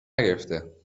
نگرفته